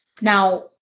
Now